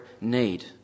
need